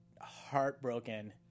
heartbroken